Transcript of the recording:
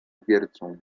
wiercą